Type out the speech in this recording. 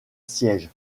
siège